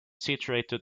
situated